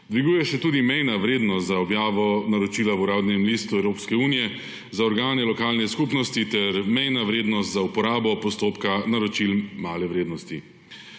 Dviguje se tudi mejna vrednost za objavo naročila v Uradnem listu Evropske unije za organe lokalne skupnosti ter mejna vrednost za uporabo postopka naročil male vrednosti.